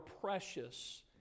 precious